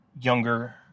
younger